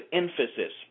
emphasis